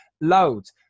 loads